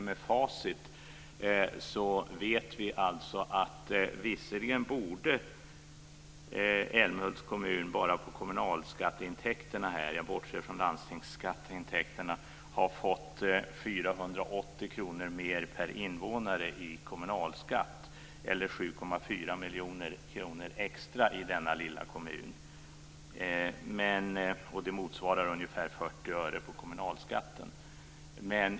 Med facit i hand borde Älmhults kommun ha fått jag bortser här från landstingsskatteintäkterna - extra i kommunalskatteintäkter - det motsvarar ca 40 öre på kommunalskatten.